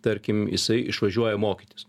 tarkim jisai išvažiuoja mokytis